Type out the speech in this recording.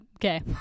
okay